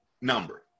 number